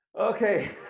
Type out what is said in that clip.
Okay